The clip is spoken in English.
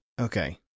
Okay